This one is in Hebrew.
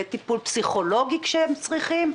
לטיפול פסיכולוגי כשהם צריכים,